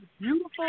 beautiful